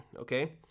okay